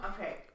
Okay